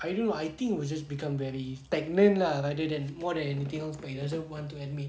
I don't know I think was just become very stagnant lah rather than more than anything else but he doesn't want to admit